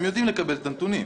הם יודעים לקבל את הנתונים.